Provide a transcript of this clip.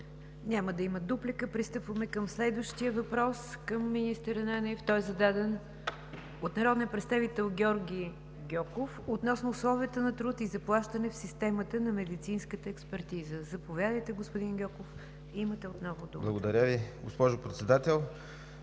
Няма да има дуплика. Преминаваме към следващия въпрос към министър Ананиев. Той е зададен от народния представител Георги Гьоков относно условията на труд и заплащане в системата на медицинската експертиза. Заповядайте, господин Гьоков, отново имате думата.